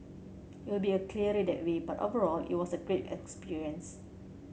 it will be a clearer that way but overall it was a great experience